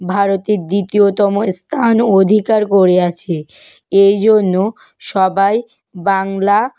ভারতের দ্বিতীয়তম স্থান অধিকার করে আছে এই জন্য সবাই বাংলা